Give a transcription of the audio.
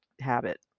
habit